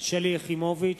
יחימוביץ,